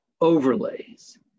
overlays